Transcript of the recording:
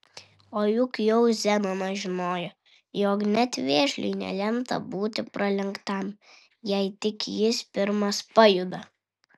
o juk jau zenonas žinojo jog net vėžliui nelemta būti pralenktam jei tik jis pirmas pajuda